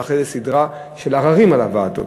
ואחרי זה סדרה של עררים על הוועדות.